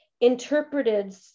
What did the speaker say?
interpreted